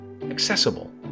accessible